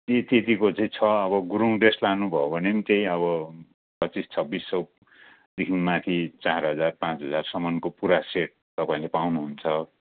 यति यतिको चाहिँ छ अब गुरुङ ड्रेस लानु भो भनेम तेई आब पच्चिस छब्बिस सौदेखिन माथि चार हजार पाँच हजारसम्मनको पुरा सेट तपाईँले पाउनुहुन्छ